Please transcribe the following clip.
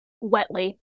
wetly